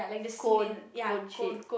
cone cone shape